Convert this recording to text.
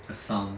a sound